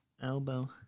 elbow